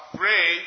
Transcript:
pray